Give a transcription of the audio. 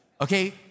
okay